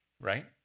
Right